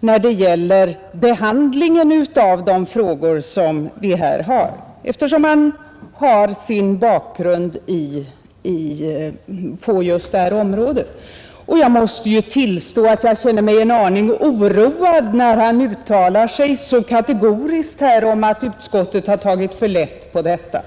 när det gäller behandlingen av dessa frågor, eftersom han är verksam på just det området, och jag måste tillstå att jag kände mig en aning oroad när han uttalade sig kategoriskt om att utskottet tagit för lätt på detta.